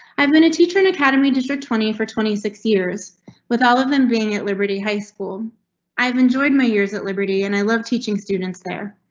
i've been a teacher and academy district twenty for twenty six years years with all of them being at liberty high school i've enjoyed my years at liberty and i love teaching students there.